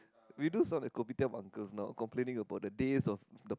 we do some like Kopitiam uncles now complaining about the teh of